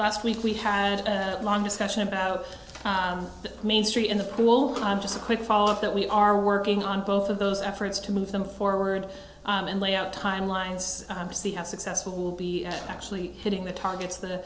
last week we had a long discussion about the main street in the pool just a quick follow up that we are working on both of those efforts to move them forward and lay out timelines to see how successful will be actually hitting the targets the